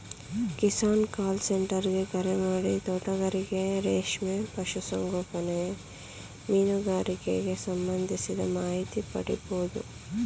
Kisan call centre ಗೆ ಕರೆಮಾಡಿ ತೋಟಗಾರಿಕೆ ರೇಷ್ಮೆ ಪಶು ಸಂಗೋಪನೆ ಮೀನುಗಾರಿಕೆಗ್ ಸಂಬಂಧಿಸಿದ ಮಾಹಿತಿ ಪಡಿಬೋದು